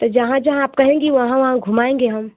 तो जहाँ जहाँ आप कहेंगी वहाँ वहाँ घुमाएँगे हम